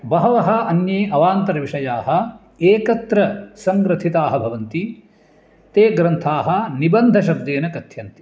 बहवः अन्ये अवान्तरविषयाः एकत्र सङ्ग्रथिताः भवन्ति ते ग्रन्थाः निबन्धशब्देन कथ्यन्ते